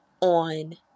on